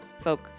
folk